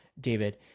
David